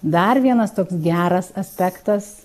dar vienas toks geras aspektas